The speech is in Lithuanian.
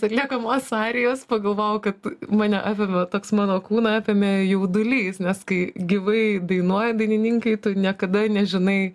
atliekamos arijos pagalvojau kad mane apėmė toks mano kūną apėmė jaudulys nes kai gyvai dainuoja dainininkai tu niekada nežinai